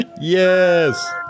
Yes